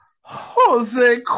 Jose